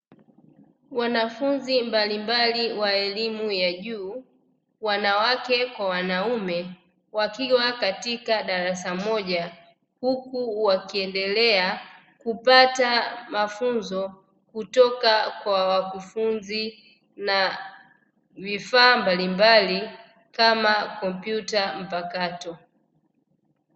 Wanafunzi mbalimbali wa elimu ya juu wanawake kwa wanume wakiwa katika darasa moja huku wakiendelea kupata mafunzo kutoka kwa wakufunzi na vifaa mbalimbali kama kompyuta mpakato.